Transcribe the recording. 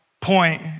point